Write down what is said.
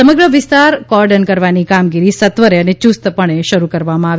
સમગ્ર વિસ્તાર cordon કરવાની કામગીરી સત્વરે અને યુસ્ત પણે શરૂ કરવામાં આવી